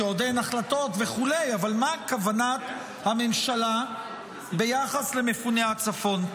כי עוד אין החלטות וכו' אבל מה כוונת הממשלה ביחס למפוני הצפון.